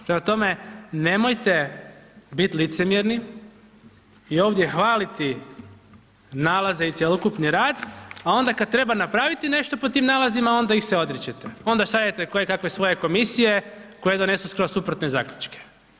Prema tome, nemojte biti licemjerni i ovdje hvaliti nalaze i cjelokupni rad a onda kada treba napraviti nešto po tim nalazima onda ih se odričete, onda šaljete kojekakve svoje komisije koje donesu skroz suprotne zaključke.